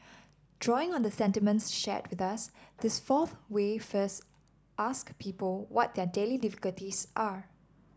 drawing on the sentiments shared with us this fourth way first ask people what their daily difficulties are